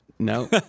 No